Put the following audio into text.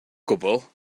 gwbl